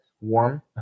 Warm